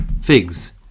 figs